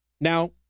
now